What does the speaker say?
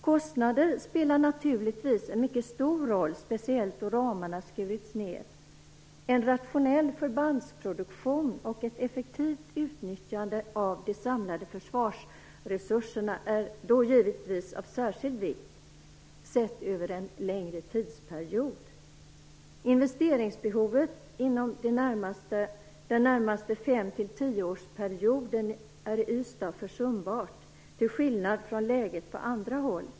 Kostnader spelar naturligtvis en mycket stor roll, speciellt då ramar har skurits ned. En rationell förbandsproduktion och ett effektivt utnyttjande av de samlade försvarsresurserna är då givetvis av särskild vikt, sett över en längre tidsperiod. Investeringsbehovet inom den närmaste 5-10-årsperioden är i Ystad försumbart, till skillnad från läget på andra håll.